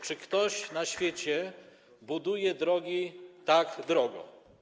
Czy ktoś na świecie buduje drogi tak drogo?